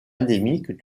endémique